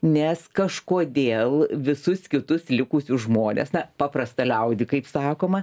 nes kažkodėl visus kitus likusius žmones na paprastą liaudį kaip sakoma